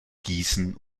gießen